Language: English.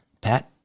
Pat